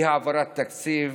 ואי-העברת תקציב